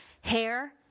hair